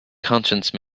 conscience